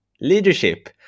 Leadership